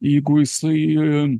jeigu jisai